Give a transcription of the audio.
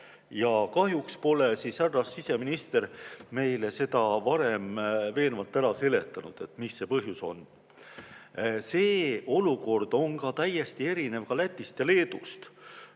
Kahjuks pole härra siseminister meile seda varem veenvalt ära seletanud, mis see põhjus on. See olukord on täiesti erinev Läti ja Leedu